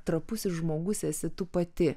trapusis žmogus esi tu pati